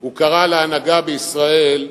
הוא קרא להנהגה בישראל,